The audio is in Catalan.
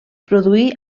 produí